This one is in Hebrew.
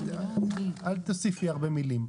אל תוסיפי הרבה מלים.